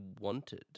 wanted